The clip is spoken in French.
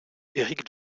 eric